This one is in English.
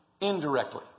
indirectly